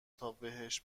تابهش